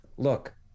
Look